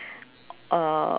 uh